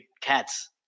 cats